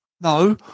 no